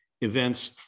events